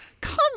come